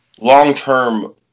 long-term